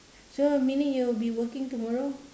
so meaning you will be working tomorrow